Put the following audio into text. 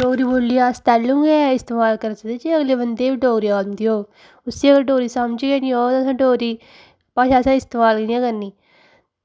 डोगरी बोलियै अस तैल्लू गै इस्तेमाल करी सकदे जे अगले बंदे गी बी डोगरी औंदी होग उसी अगर डोगरी समझ गै नी आवै ते असें डोगरी भाशा असेंं इस्तेमाल कियां करनी